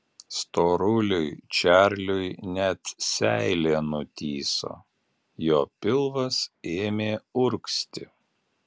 storuliui čarliui net seilė nutįso jo pilvas ėmė urgzti